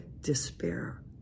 despair